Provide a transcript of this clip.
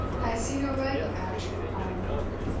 i see no right you have to require more.